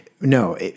no